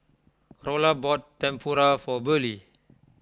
Rolla bought Tempura for Burley